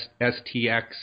STX